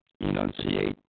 enunciate